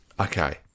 Okay